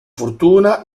fortuna